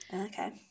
Okay